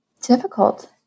difficult